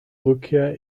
rückkehr